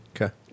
Okay